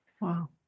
Wow